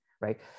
right